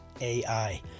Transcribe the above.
AI